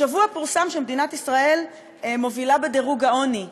השבוע פורסם שמדינת ישראל מובילה בדירוג העוני.